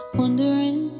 wondering